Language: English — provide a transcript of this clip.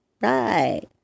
Right